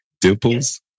dimples